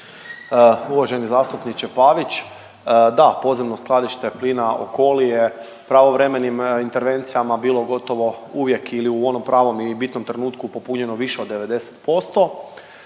Uvaženi zastupniče Pavić, da podzemno skladište plina Okoli je pravovremenim intervencijama bilo gotovo uvijek ili u onom pravom i bitnom trenutku popunjeno više od 90%.